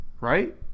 Right